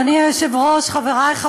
אנחנו עוברים להצבעה,